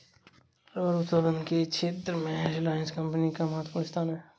rubber उत्पादन के क्षेत्र में रिलायंस कम्पनी का महत्त्वपूर्ण स्थान है